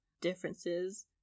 differences